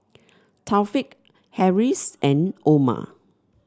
Taufik Harris and Omar